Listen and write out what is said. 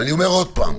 ואני אומר עוד פעם,